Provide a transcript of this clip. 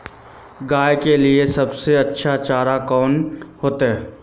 गाय के लिए सबसे अच्छा चारा कौन होते?